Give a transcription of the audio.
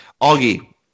Augie